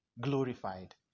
glorified